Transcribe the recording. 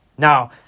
Now